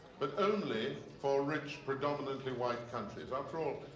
but only for rich, predominantly white countries. after all,